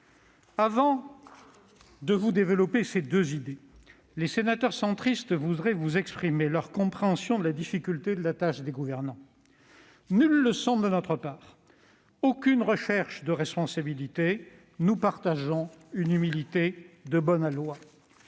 Avant de développer ces deux idées, les sénateurs centristes voudraient vous exprimer leur compréhension de la difficulté de la tâche des gouvernants : nulle leçon de notre part, aucune recherche de responsabilité ; nous partageons une humilité de bon aloi.